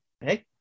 Hey